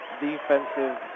defensive